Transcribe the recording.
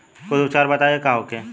कुछ उपचार बताई का होखे?